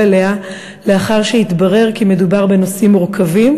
אליה לאחר שהתברר כי מדובר בנושאים מורכבים